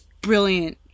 brilliant